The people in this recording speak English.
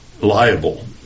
liable